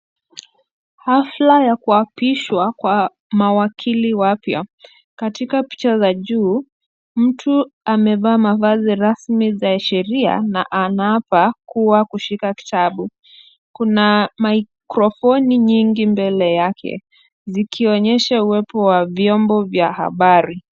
Hafla ya kuapishwa kwa mawakili wapya. Katika picha za juu, mtu amevaa mavazi rasmi za sheria na anaapa kuwa kushika kitabu. Kuna maikrofoni nyingi mbele yake, zikionyesha uwepo wa vyombo vya habari.